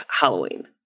Halloween